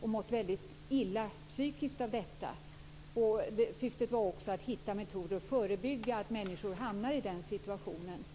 och mått väldigt illa psykiskt av detta. Syftet var också att hitta metoder för att förebygga att människor hamnar i denna situation.